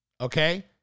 okay